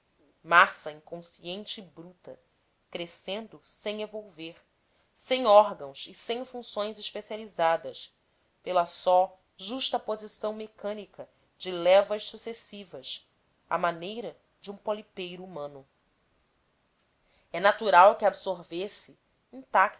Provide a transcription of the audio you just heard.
massa inconsciente e bruta crescendo sem evolver sem órgãos e sem funções especializadas pela só justaposição mecânica de levas sucessivas à maneira de um polipeiro humano é natural que absorvesse